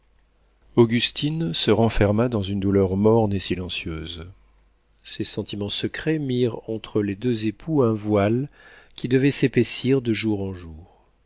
augustine se renferma dans une douleur morne et silencieuse ces sentiments secrets mirent entre les deux époux un voile qui devait s'épaissir de jour en jour